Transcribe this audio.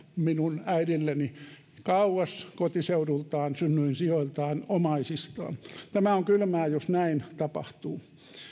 minun äidilleni kaukana kotiseudultaan synnyinsijoiltaan omaisistaan tämä on kylmää jos näin tapahtuu